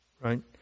right